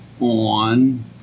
on